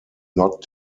not